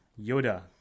Yoda